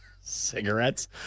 cigarettes